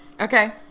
Okay